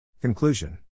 Conclusion